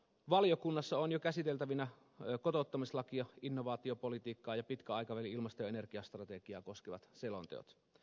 valiokunnissa on jo käsiteltävinä kotouttamislakia innovaatiopolitiikkaa ja pitkän aikavälin ilmasto ja energiastrategiaa koskevat selonteot